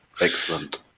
excellent